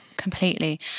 completely